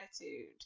attitude